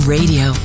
Radio